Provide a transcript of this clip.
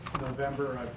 November